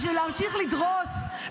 בשביל להמשיך לדרוס?